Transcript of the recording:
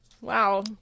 Wow